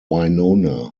winona